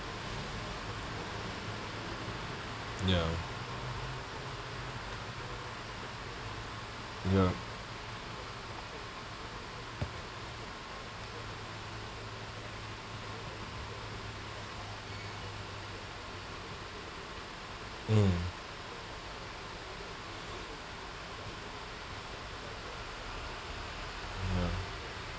ya ya hmm ya